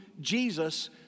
Jesus